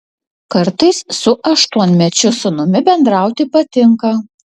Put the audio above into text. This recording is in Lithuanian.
kartais su aštuonmečiu sūnumi bendrauti patinka